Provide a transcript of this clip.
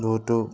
বহুতো